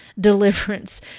deliverance